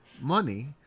money